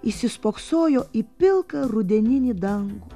įsispoksojo į pilką rudeninį dangų